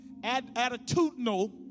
attitudinal